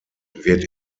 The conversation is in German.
wird